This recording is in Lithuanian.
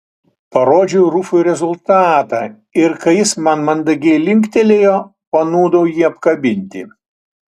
parodžiau rufui rezultatą ir kai jis man mandagiai linktelėjo panūdau jį apkabinti